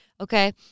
okay